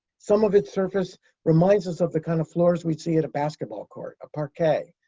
some of its surface reminds us of the kind of floors we'd see at a basketball court a parquet,